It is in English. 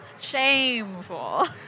Shameful